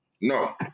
No